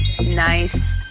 nice